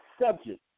subject